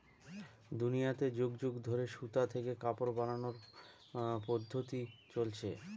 দুনিয়াতে যুগ যুগ ধরে সুতা থেকে কাপড় বানানোর পদ্ধপ্তি চলছে